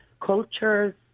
cultures